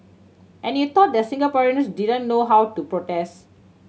and you thought that Singaporeans didn't know how to protest